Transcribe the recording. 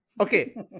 Okay